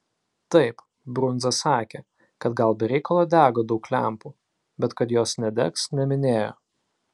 taip brundza sakė kad gal be reikalo dega daug lempų bet kad jos nedegs neminėjo